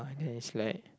just like